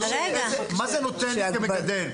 מה זה נותן לי כמגדל?